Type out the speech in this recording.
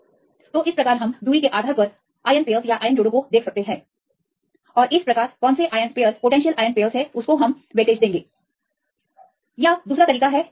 गणना के साथ गहरी गणना से बचने के लिए आप आयन जोड़े को सिर्फ दूरी के आधार पर देख सकते हैं और किस आयन जोड़ी को वेटेज दें आप आयन जोड़े से योगदान देख सकते हैं